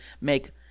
make